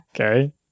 Okay